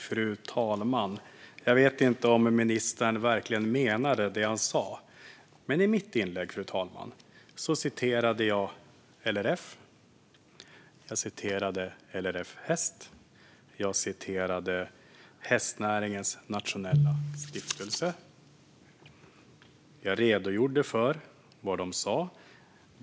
Fru talman! Jag vet inte om ministern verkligen menade det han sa. Men i mitt inlägg, fru talman, redogjorde jag för vad LRF, LRF Häst och Hästnäringens Nationella Stiftelse hade sagt.